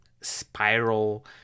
spiral